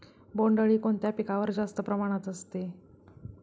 बोंडअळी कोणत्या पिकावर जास्त प्रमाणात असते?